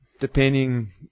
Depending